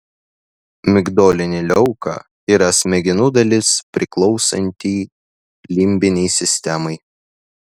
migdolinė liauka yra smegenų dalis priklausanti limbinei sistemai